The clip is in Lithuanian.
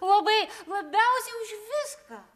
labai labiausiai už viską